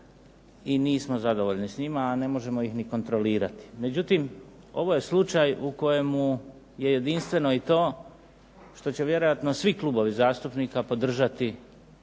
I nismo zadovoljni s njima, a ne možemo ih ni kontrolirali. Međutim, ovo je slučaju u kojemu je jedinstveno i to što će vjerojatno svi klubovi zastupnika podržati